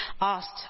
asked